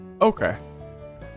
okay